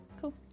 cool